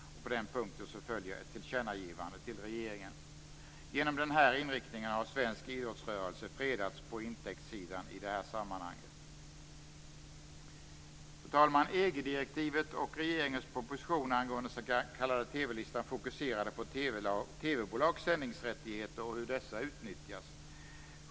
På den punkten följer ett tillkännagivande till regeringen. Genom den här inriktningen har svensk idrottsrörelse fredats på intäktssidan i det sammanhanget. Fru talman! EG-direktivet och regeringens proposition angående den s.k. TV-listan fokuserade på TV bolags sändningsrättigheter och hur dessa utnyttjas.